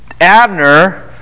Abner